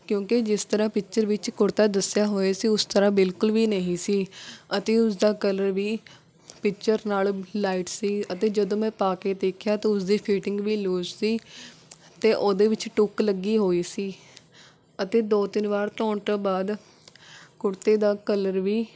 ਕਿਉਂਕਿ ਜਿਸ ਤਰ੍ਹਾਂ ਪਿਕਚਰ ਵਿੱਚ ਕੁੜਤਾ ਦੱਸਿਆ ਹੋਇਆ ਸੀ ਉਸ ਤਰ੍ਹਾਂ ਬਿਲਕੁਲ ਵੀ ਨਹੀਂ ਸੀ ਅਤੇ ਉਸ ਦਾ ਕਲਰ ਵੀ ਪਿਕਚਰ ਨਾਲੋਂ ਲਾਈਟ ਸੀ ਅਤੇ ਜਦੋਂ ਮੈਂ ਪਾ ਕੇ ਦੇਖਿਆ ਤਾਂ ਉਸਦੀ ਫਿਟਿੰਗ ਵੀ ਲੂਜ਼ ਸੀ ਅਤੇ ਉਹਦੇ ਵਿੱਚ ਟੁੱਕ ਲੱਗੀ ਹੋਈ ਸੀ ਅਤੇ ਦੋ ਤਿੰਨ ਵਾਰ ਧੋਣ ਤੋਂ ਬਾਅਦ ਕੁੜਤੇ ਦਾ ਕਲਰ ਵੀ